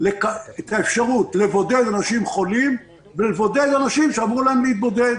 את האפשרות לבודד אנשים חולים ולבודד אנשים שאמרו להם להתבודד.